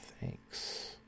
thanks